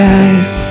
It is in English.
eyes